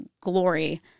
glory